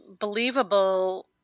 believable